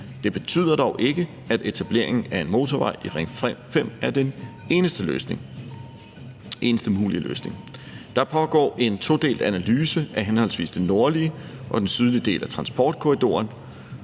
Det betyder dog ikke, at etablering af en motorvej i Ring 5 er den eneste mulige løsning. Der pågår en todelt analyse af henholdsvis den nordlige og den sydlige del af transportkorridoren.